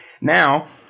Now